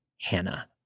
Hannah